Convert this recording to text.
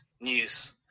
news